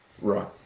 right